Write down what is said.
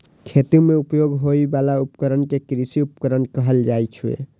खेती मे उपयोग होइ बला उपकरण कें कृषि उपकरण कहल जाइ छै